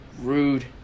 rude